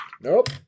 Nope